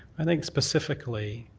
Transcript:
i think specifically